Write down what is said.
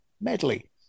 Medley